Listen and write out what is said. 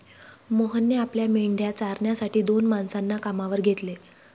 मोहनने आपल्या मेंढ्या चारण्यासाठी दोन माणसांना कामावर घेतले